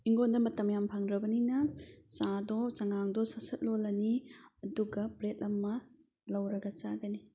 ꯑꯩꯉꯣꯟꯗ ꯃꯇꯝ ꯌꯥꯝꯅ ꯐꯪꯗ꯭ꯔꯕꯅꯤꯅ ꯆꯥꯗꯣ ꯆꯥꯉꯥꯡꯗꯣ ꯁꯠ ꯁꯠ ꯂꯣꯜꯂꯅꯤ ꯑꯗꯨꯒ ꯕ꯭ꯔꯦꯠ ꯑꯃ ꯂꯧꯔꯒ ꯆꯥꯒꯅꯤ